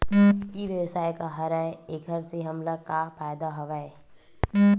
ई व्यवसाय का हरय एखर से हमला का फ़ायदा हवय?